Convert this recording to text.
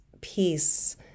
peace